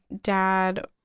dad